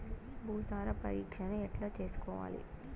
భూసార పరీక్షను ఎట్లా చేసుకోవాలి?